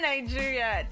Nigeria